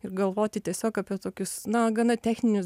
ir galvoti tiesiog apie tokius na gana techninius